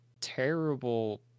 terrible